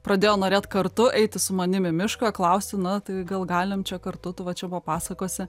pradėjo norėt kartu eiti su manimi mišką klausti na tai gal galim čia kartu tu va čia papasakosi